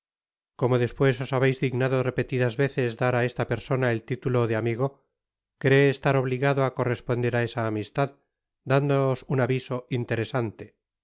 como despues os habeis dignado repelidas veces dar á esta persona el titulo de amigo cree estar obligado á corresponder á esa amistad dándoos un aviso interesante